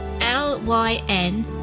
l-y-n